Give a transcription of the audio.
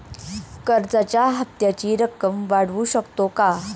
कर्जाच्या हप्त्याची रक्कम वाढवू शकतो का?